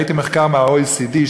ראיתי מחקר מה-OECD,